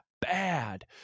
bad